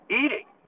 eating